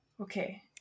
Okay